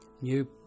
new